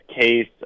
case